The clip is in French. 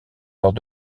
lors